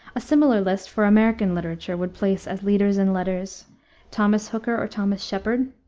a similar list for american literature would place as leaders in letters thomas hooker or thomas shepard,